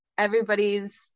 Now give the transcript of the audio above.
everybody's